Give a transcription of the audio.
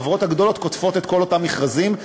והחברות הגדולות קוטפות את כל אותם מכרזים.